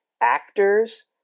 actors